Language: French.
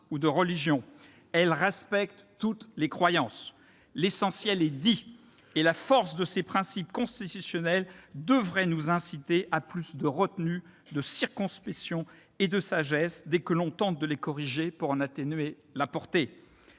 ou de religion. Elle respecte toutes les croyances. » L'essentiel est dit et la force de ces principes constitutionnels devrait nous inciter à plus de retenue, de circonspection et de sagesse, dès que l'on tente de les corriger pour en atténuer la portée